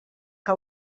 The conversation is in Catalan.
que